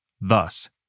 Thus